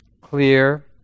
clear